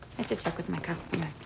to check with my customer.